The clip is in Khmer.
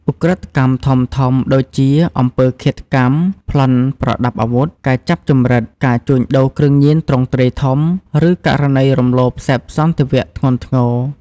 ឧក្រិដ្ឋកម្មធំៗ ដូចជា អំពើឃាតកម្ម ប្លន់ប្រដាប់អាវុធ ការចាប់ជំរិត ការជួញដូរគ្រឿងញៀនទ្រង់ទ្រាយធំ ឬករណីរំលោភសេពសន្ថវៈធ្ងន់ធ្ងរ។